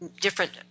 different